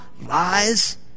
lies